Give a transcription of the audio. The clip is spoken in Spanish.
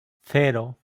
cero